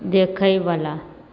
देखयवला